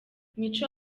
mico